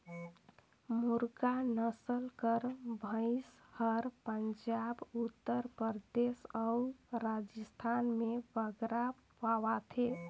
मुर्रा नसल कर भंइस हर पंजाब, उत्तर परदेस अउ राजिस्थान में बगरा पवाथे